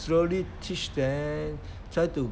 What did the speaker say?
slowly teach them try to